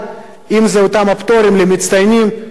אם אותם הפטורים למצטיינים,